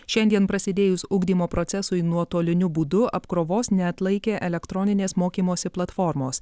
šiandien prasidėjus ugdymo procesui nuotoliniu būdu apkrovos neatlaikė elektroninės mokymosi platformos